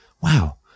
wow